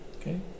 Okay